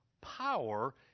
power